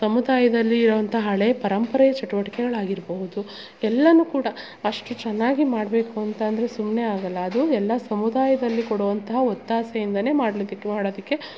ಸಮುದಾಯದಲ್ಲಿ ಇರುವಂಥ ಹಳೆ ಪರಂಪರೆಯ ಚಟುವಟಿಗೆಗಳಾಗಿರಬಹುದು ಎಲ್ಲ ಕೂಡ ಅಷ್ಟು ಚೆನ್ನಾಗಿ ಮಾಡಬೇಕು ಅಂತಂದರೆ ಸುಮ್ಮನೆ ಆಗೋಲ್ಲ ಅದು ಎಲ್ಲ ಸಮುದಾಯದಲ್ಲಿ ಕೊಡುವಂತಹ ಒತ್ತಾಸೆಯಿಂದಲೆ ಮಾಡ್ಲಿಕ್ಕೆ ಮಾಡೋದಕ್ಕೆ